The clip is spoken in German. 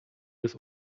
des